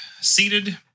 seated